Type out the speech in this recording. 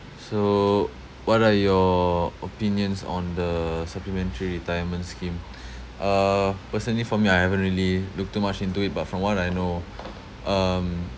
so what are your opinions on the supplementary retirement scheme uh personally for me I haven't really looked too much into it but from what I know um